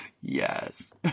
yes